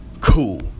cool